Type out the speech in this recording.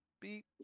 beep